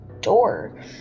door